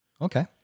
Okay